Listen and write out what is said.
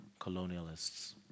colonialists